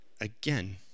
again